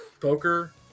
poker